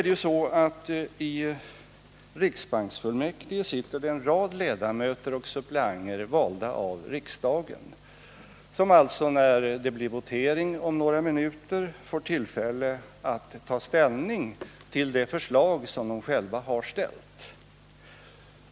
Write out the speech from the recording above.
I riksbanksfullmäktige sitter en rad ledamöter och suppleanter valda av riksdagen. De får, när det om några minuter blir votering, tillfälle att ta ställning till det förslag som de själva har ställt.